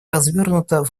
развернута